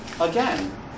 again